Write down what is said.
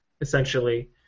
essentially